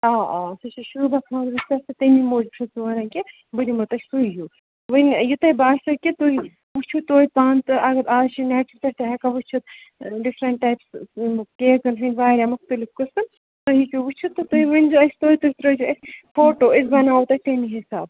آ آ سُہ چھِ شوٗبان خانٛدرَس پٮ۪ٹھ تہٕ تَمی موٗجوٗب چھَس بہٕ ونان کہِ بہٕ دِمو تۄہہِ سُے ہیوٗ وٕنۍ یہِ تۄہہِ باسیو کہِ تُہۍ وٕچھُو تویتہِ پانہٕ تہٕ اگر آز چھِ نٮ۪ٹَس پٮ۪ٹھ تہِ ہٮ۪کان وٕچھِتھ ڈِفرنٛٹ ٹایپٕس یِم کیکَن ہِنٛدۍ واریاہ مختلِف قٕسٕم تُہۍ ہیٚکِو وٕچھِتھ تہٕ تُہۍ ؤنۍزیو اَسہِ تویتہِ تُہۍ ترٛٲیزیو اَسہِ فوٹو أسۍ بَناوو تۄہہِ تَمی حساب